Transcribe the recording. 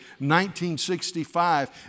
1965